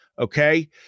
Okay